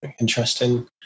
Interesting